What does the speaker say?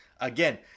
Again